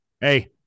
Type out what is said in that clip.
Hey